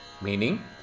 Meaning